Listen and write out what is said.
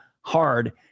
hard